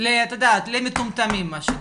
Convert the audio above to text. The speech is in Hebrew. את יודעת למטומטמים מה שנקרא,